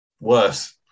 worse